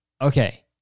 Okay